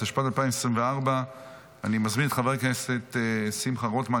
התשפ"ד 2024. אני מזמין את חבר הכנסת שמחה רוטמן,